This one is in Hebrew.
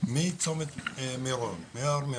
מהר מירון,